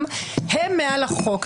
הם מעל החוק,